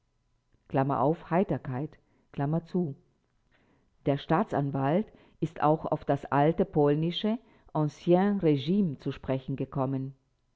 der staatsanwalt ist auch auf das alte polnische ancien rgime zu sprechen gekommen